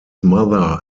mother